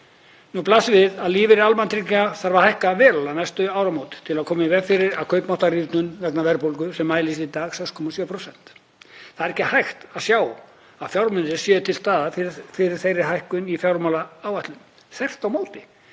Nú blasir við að lífeyrir almannatrygginga þarf að hækka verulega næstu áramót til að koma í veg fyrir kaupmáttarrýrnun vegna verðbólgu sem mælist í dag 6,7%. Það er ekki hægt að sjá að fjármunirnir séu til staðar fyrir þeirri hækkun í fjármálaáætlun, þvert á móti.